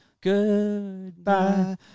Goodbye